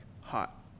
hot